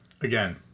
again